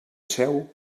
asseu